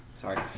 Sorry